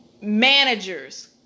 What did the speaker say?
managers